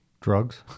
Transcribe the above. drugs